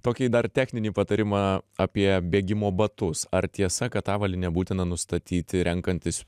tokį dar techninį patarimą apie bėgimo batus ar tiesa kad avalynę būtina nustatyti renkantis